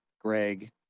Greg